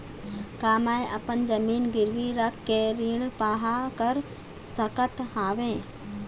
का मैं अपन जमीन गिरवी रख के ऋण पाहां कर सकत हावे?